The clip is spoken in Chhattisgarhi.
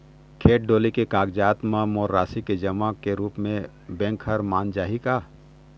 खेत डोली के कागजात म मोर राशि के जमा के रूप म बैंक हर मान जाही का?